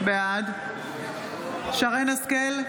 בעד שרן מרים השכל,